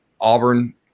Auburn